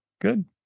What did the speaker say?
Good